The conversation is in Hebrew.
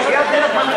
שכשהוא יגיע יהיה טוב,